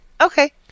Okay